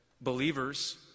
believers